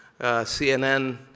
CNN